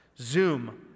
Zoom